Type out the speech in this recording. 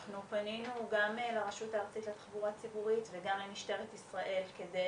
אנחנו פנינו גם לרשות הארצית לתחבורה ציבורית וגם למשטרת ישראל כדי